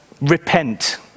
repent